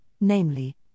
namely